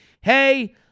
Hey